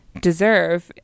deserve